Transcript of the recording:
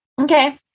Okay